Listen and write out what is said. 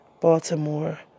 Baltimore